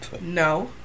No